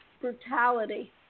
brutality